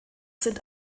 sind